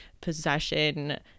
possession